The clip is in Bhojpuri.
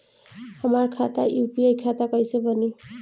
हमार खाता यू.पी.आई खाता कईसे बनी?